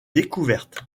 découvertes